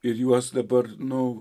ir juos dabar nu